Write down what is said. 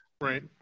right